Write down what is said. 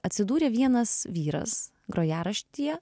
atsidūrė vienas vyras grojaraštyje